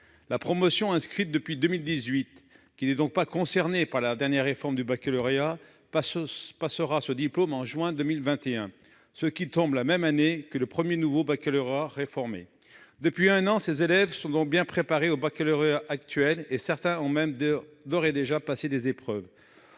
La promotion inscrite depuis 2018, qui n'est donc pas concernée par la dernière réforme du baccalauréat, passera cet examen en juin 2021, soit l'année du premier nouveau baccalauréat réformé. Depuis un an, ces élèves sont bien préparés au baccalauréat actuel, et certains ont même d'ores et déjà passé des épreuves.